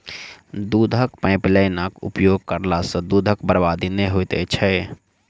दूधक पाइपलाइनक उपयोग करला सॅ दूधक बर्बादी नै होइत छै